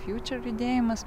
fjučer judėjimas